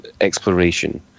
exploration